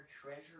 treasure